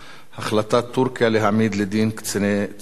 החלטת טורקיה להעמיד לדין קציני צה"ל,